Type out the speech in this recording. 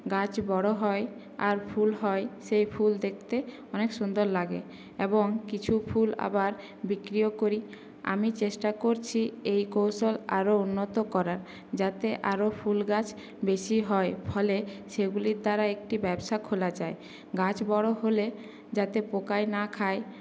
গাছ বড়ো হয় আর ফুল হয় সেই ফুল দেখতে অনেক সুন্দর লাগে এবং কিছু ফুল আবার বিক্রিও করি আমি চেষ্টা করছি এই কৌশল আরও উন্নত করার যাতে আরও ফুলগাছ বেশি হয় ফলে সেগুলির দ্বারা একটি ব্যবসা খোলা যায় গাছ বড়ো হলে যাতে পোকায় না খায়